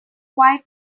quite